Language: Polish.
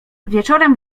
wieczorem